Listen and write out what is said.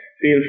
feel